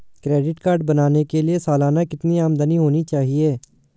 Credit card बनाने के लिए सालाना कितनी आमदनी होनी चाहिए?